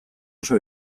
oso